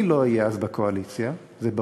אני לא אהיה אז בקואליציה, זה ברור,